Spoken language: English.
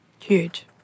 Huge